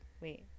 Wait